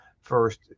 first